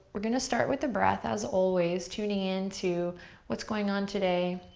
we're gonna start with the breath as always, tuning in to what's going on today,